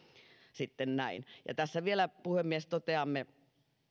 sitten näin tässä vielä puhemies toteamme